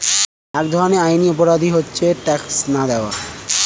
এক ধরনের আইনি অপরাধ হচ্ছে ট্যাক্স না দেওয়া